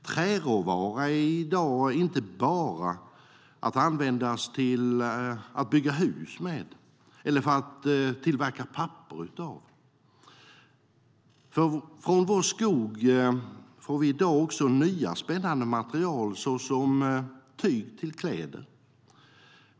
Träråvara är i dag inte bara att användas till att bygga hus med eller för att tillverka papper av. Från vår skog får vi i dag nya spännande material såsom tyg till kläder.